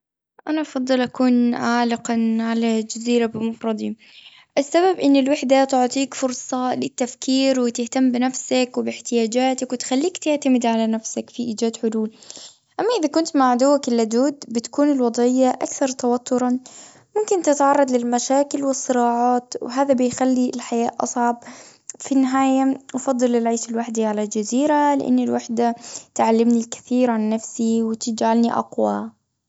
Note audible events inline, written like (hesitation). أنا أفضل أكون (hesitation) عالقاً على جزيرة (noise) بمفردي. السبب إن الوحدة تعطيك فرصة للتفكير وتهتم بنفسك وبإحتياجتك، وتخليك تعتمد على نفسك في إيجاد حلول. أما إذا كنت مع عدوك اللدود، بتكون الوضعية أكثر توتراً. ممكن تتعرض للمشاكل والصراعات، وهذا بيخلي الحياة أصعب. في النهاية، أفضل العيش لوحدي على الجزيرة، لأن الوحدة تعلمني الكثير عن نفسي، وتجعلني أقوى.